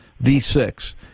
V6